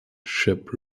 ship